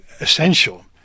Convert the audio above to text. essential